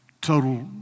total